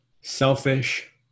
selfish